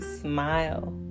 smile